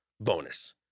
bonus